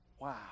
Wow